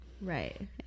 right